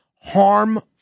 harm